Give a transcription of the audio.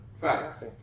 Facts